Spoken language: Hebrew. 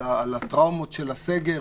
על הטראומות של הסגר,